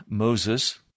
Moses